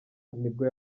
nibwo